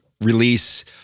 release